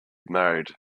married